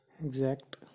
Exact